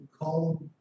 call